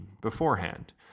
beforehand